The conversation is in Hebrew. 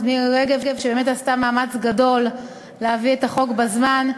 מירי רגב שבאמת עשתה מאמץ גדול להביא את החוק בזמן,